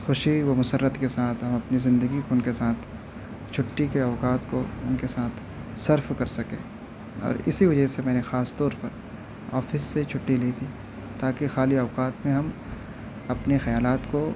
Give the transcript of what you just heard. خوشی و مسرت کے ساتھ ہم اپنی زندگی کو ان کے ساتھ چھٹّی کے اوقات کو ان کے ساتھ صرف کر سکیں اور اسی وجہ سے میں نے خاص طور پر آفس سے چھٹّی لی تھی تاکہ خالی اوقات میں ہم اپنے خیالات کو